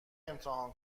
امتحان